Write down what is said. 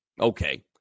Okay